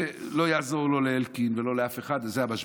לא יעזור לא לאלקין ולא לאף אחד, זה המשבר,